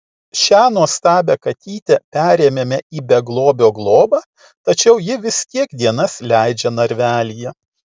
šią nuostabią katytę perėmėme į beglobio globą tačiau ji vis tiek dienas leidžia narvelyje